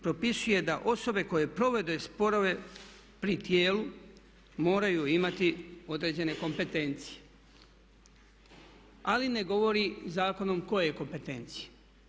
Propisuje da osobe koje provode sporove pri tijelu moraju imati određene kompetencije ali ne govori zakonom koje kompetencije.